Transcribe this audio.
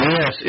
Yes